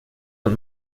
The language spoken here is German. und